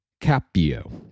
Capio